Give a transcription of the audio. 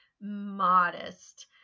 modest